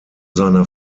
seiner